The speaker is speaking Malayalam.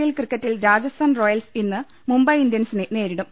എൽ ക്രിക്കറ്റിൽ രാജസ്ഥാൻ റോയൽസ് ഇന്ന് മുംബൈ ഇന്ത്യൻസിനെ നേരിടും